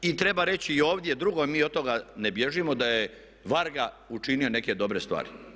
I treba reći i ovdje, drugo mi od toga ne bježimo da je Varga učiniti neke dobre stvari.